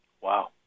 Wow